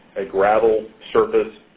a gravel surface.